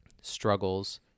struggles